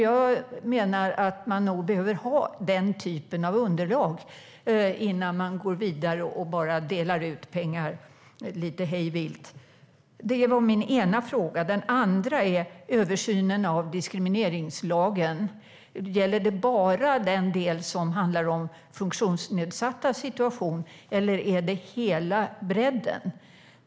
Jag menar att man nog behöver ha den typen av underlag innan man går vidare och bara delar ut pengar lite hej vilt. Det var min ena fråga. Min andra fråga handlar om översynen av diskrimineringslagen. Gäller det bara den del som handlar om funktionsnedsattas situation, eller är det hela bredden?